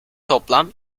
toplam